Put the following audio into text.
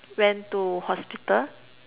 went to hospital